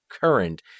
current